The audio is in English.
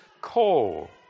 call